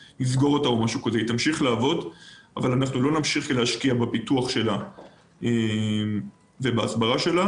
אבל אנחנו לא נמשיך להשקיע בפיתוח ובהסברה שלה.